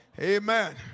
Amen